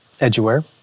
edgeware